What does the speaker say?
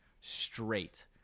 straight